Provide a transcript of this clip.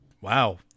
Wow